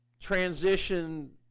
transition